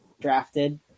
drafted